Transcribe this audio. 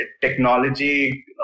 technology